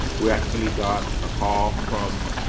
we actually got a call from